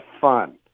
fun